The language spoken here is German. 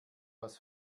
aus